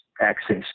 access